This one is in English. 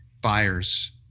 buyers